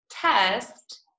test